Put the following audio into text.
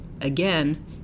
again